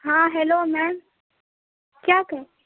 ہاں hello ma'am کیا کہہ